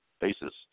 basis